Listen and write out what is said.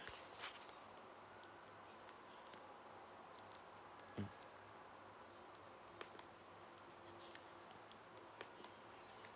mm